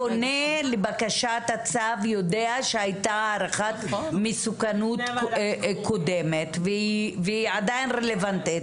הפונה לבקשת הצו יודע שהייתה הערכת מסוכנות קודמת והיא עדיין רלוונטית,